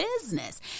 business